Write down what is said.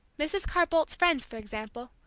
mrs. carr-boldt's friends, for example,